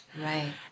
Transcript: Right